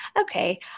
Okay